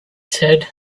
said